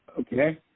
Okay